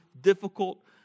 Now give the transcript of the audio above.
difficult